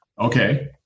okay